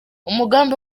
umugambi